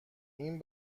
این